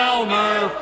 Elmer